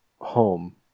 home